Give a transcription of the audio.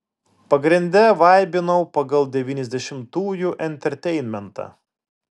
pagrinde vaibinau pagal devyniasdešimtųjų enterteinmentą